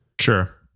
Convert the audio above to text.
Sure